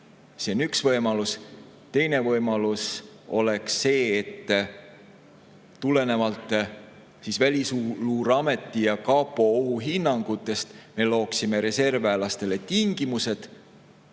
See on üks võimalus. Teine võimalus on see, et tulenevalt Välisluureameti ja kapo ohuhinnangutest me looksime reservväelastele tingimused